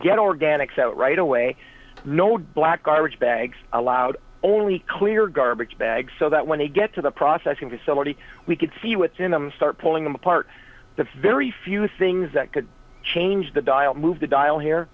get organics out right away no glad garbage bags allowed only clear garbage bags so that when they get to the processing facility we could see what's in them start pulling them apart the very few things that could change the dial move the dial here